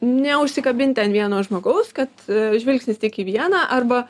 neužsikabinti ant vieno žmogaus kad žvilgsnis tik į vieną arba